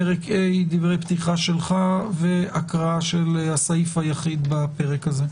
פרק ה' דברי פתיחה שלך והקראה של הסעיף היחיד בפרק הזה.